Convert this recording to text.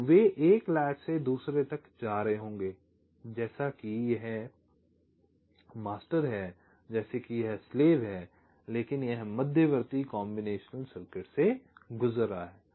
तो वे एक लैच से दूसरे तक जा रहे होंगे जैसे कि यह मास्टर है जैसे कि यह स्लेव है लेकिन यह मध्यवर्ती कॉम्बिनेशनल सर्किट से गुजर रहा है